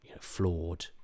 flawed